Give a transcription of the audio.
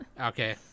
Okay